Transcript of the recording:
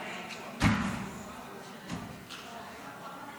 אושרה בקריאה טרומית ותעבור לדיון